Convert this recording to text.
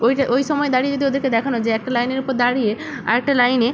ওই যে ওই সময় দাঁড়িয়ে যদি ওদেরকে দেখানো যায় একটা লাইনের উপর দাঁড়িয়ে আর একটা লাইনে